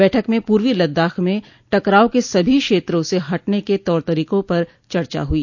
बैठक में पूर्वी लद्दाख में टकराव के सभी क्षेत्रों से हटने के तौर तरीकों पर चर्चा हुई